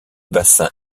bassin